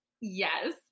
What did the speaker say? yes